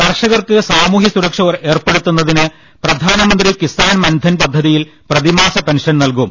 കർഷകർക്ക് സാമൂഹൃസുരക്ഷ ഏർപെടുത്തുന്നതിന് പ്രധാനമന്ത്രി കിസാൻ മൻധൻ പദ്ധതിയിൽ പ്രതിമാസ പെൻഷൻ നൽകും